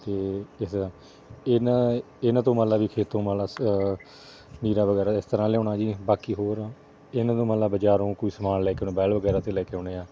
ਅਤੇ ਜਿਸ ਤਰ੍ਹਾਂ ਇਹਨਾਂ ਇਹਨਾਂ ਤੋਂ ਮੰਨ ਲਾ ਵੀ ਖੇਤੋਂ ਮੰਨ ਲਾ ਵੀ ਨੀਰਾ ਵਗੈਰਾ ਇਸ ਲਿਆਉਣਾ ਜੀ ਬਾਕੀ ਹੋਰ ਇਹਨਾਂ ਤੋਂ ਮੰਨ ਲਾ ਬਜ਼ਾਰੋਂ ਕੋਈ ਸਮਾਨ ਲੈ ਕੇ ਆਉਣਾ ਬੈਲ ਵਗੈਰਾ 'ਤੇ ਲੈ ਕੇ ਆਉਂਦੇ ਹਾਂ